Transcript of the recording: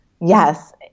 Yes